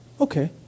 okay